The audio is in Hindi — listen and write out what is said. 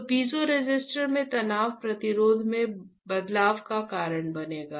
तो पीज़ोरेसिस्टर में तनाव प्रतिरोध में बदलाव का कारण बनेगा